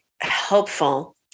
helpful